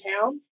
town